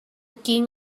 king